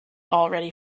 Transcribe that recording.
already